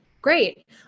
great